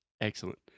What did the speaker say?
Excellent